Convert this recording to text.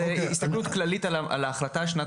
זו הסתכלות כללית על ההחלטה של שנת